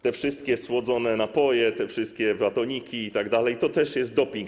Te wszystkie słodzone napoje, te wszystkie batoniki itd. - to też jest doping.